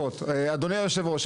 אדוני יושב הראש,